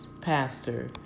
pastor